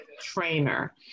trainer